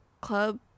club